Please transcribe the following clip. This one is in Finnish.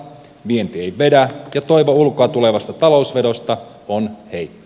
vienti ei vedä ja toivo ulkoa tulevasta talousvedosta on heikko